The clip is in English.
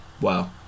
Wow